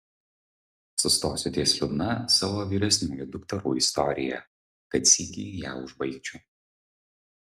sustosiu ties liūdna savo vyresniųjų dukterų istorija kad sykį ją užbaigčiau